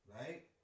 right